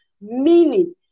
meaning